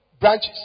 branches